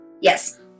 Yes